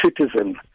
citizen